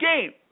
game